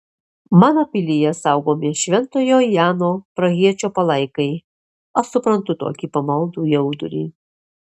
mano pilyje saugomi šventojo jano prahiečio palaikai aš suprantu tokį pamaldų jaudulį